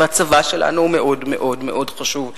והצבא שלנו מאוד מאוד מאוד חשוב לקיומנו,